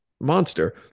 monster